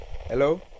hello